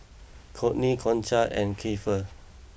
Cortney Concha and Keifer